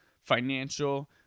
financial